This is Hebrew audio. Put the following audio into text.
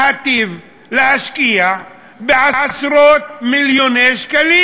להיטיב, להשקיע בעשרות-מיליוני שקלים.